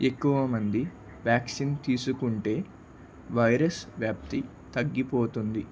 ఎక్కువ మంది వ్యాక్సిన్ తీసుకుంటే వైరస్ వ్యాప్తి తగ్గిపోతుంది